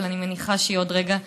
אבל אני מניחה שהיא עוד רגע תיכנס.